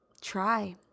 try